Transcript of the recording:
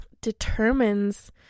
determines